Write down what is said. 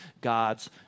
God's